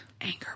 Anger